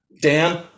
Dan